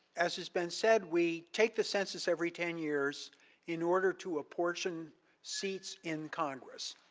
as it's been said, we take the census every ten years in order to apportion seats in congress.